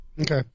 okay